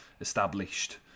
established